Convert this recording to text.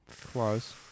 Close